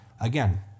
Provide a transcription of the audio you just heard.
again